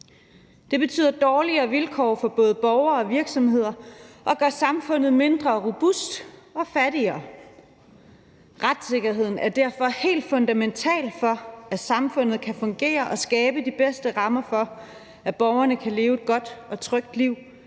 Det betyder dårligere vilkår for både borgere og virksomheder og gør samfundet mindre robust og fattigere. Retssikkerheden er derfor helt fundamental for, at samfundet kan fungere og for at skabe de bedste rammer for, at borgerne kan leve et godt og trygt liv,